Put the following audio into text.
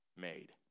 made